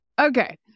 Okay